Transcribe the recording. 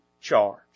charge